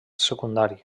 secundari